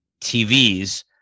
TVs